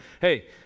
hey